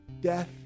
death